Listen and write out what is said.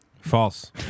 False